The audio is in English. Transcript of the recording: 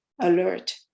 alert